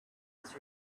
his